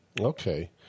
Okay